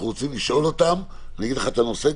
אנחנו רוצים לשאול אותם אני אגיד את הנושא,